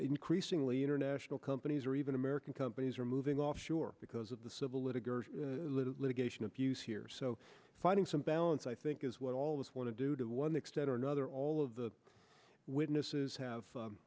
increasingly international companies are even american companies are moving offshore because of the civil litigator litigation abuse here so finding some balance i think is what all of us want to do to one extent or another all of the witnesses have